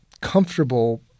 comfortable